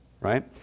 right